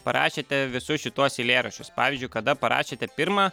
parašėte visus šituos eilėraščius pavyzdžiui kada parašėte pirmą